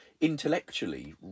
intellectually